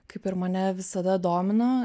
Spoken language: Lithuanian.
kaip ir mane visada domino